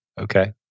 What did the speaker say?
Okay